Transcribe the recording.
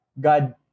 God